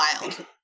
wild